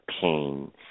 pain